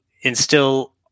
instill